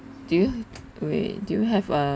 do you wait do you have a